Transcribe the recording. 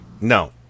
No